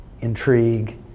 intrigue